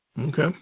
Okay